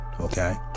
okay